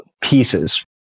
pieces